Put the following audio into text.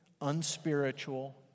unspiritual